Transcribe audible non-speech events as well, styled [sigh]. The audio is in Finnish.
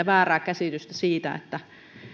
[unintelligible] väärää käsitystä siitä että